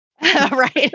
right